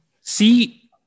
See